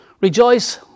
rejoice